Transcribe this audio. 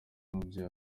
umubyeyi